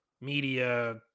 media